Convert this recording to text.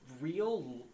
real